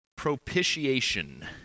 propitiation